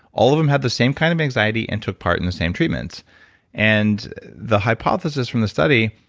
all of them had the same kind of anxiety and took part in the same treatments and the hypothesis from the study,